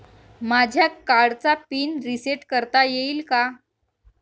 माझ्या कार्डचा PIN reset करता येईल का?